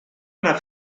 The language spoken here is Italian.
alla